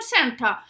center